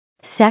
Sex